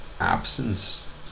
absence